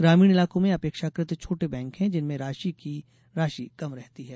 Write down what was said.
ग्रामीण इलाकों में अपेक्षाकृत छोटे बैंक हैं जिनमें राशि कम रहती है